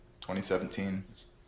2017